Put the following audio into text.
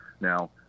Now